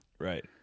Right